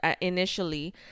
initially